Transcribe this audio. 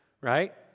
Right